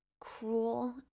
cruel